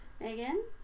Megan